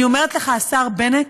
אני אומרת לך, השר בנט,